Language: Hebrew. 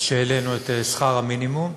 שהעלינו את שכר המינימום,